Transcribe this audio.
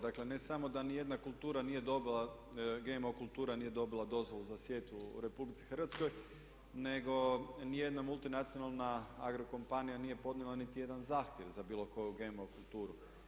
Dakle ne samo da niti jedna kultura nije dobila, GMO kultura nije dobila dozvolu za sjetu u RH nego ni jedna multinacionalna agro kompanija nije podnijela niti jedan zahtjev za bilo koju GMO kulturu.